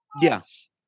yes